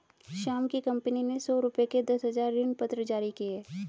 श्याम की कंपनी ने सौ रुपये के दस हजार ऋणपत्र जारी किए